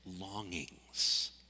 longings